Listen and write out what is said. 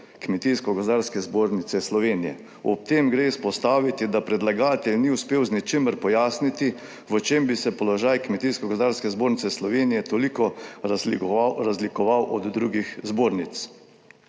Kmetijsko gozdarske zbornice Slovenije. Ob tem gre izpostaviti, da predlagatelj ni uspel z ničemer pojasniti, v čem bi se položaj Kmetijsko gozdarske zbornice Slovenije toliko razlikoval od drugih zbornic.